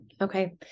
okay